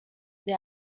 the